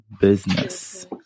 business